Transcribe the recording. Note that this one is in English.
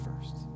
first